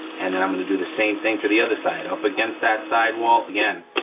and then i'm gonna do the same thing for the other side, up against that side wall. again,